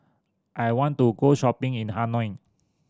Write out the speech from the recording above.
I want to go shopping in Hanoi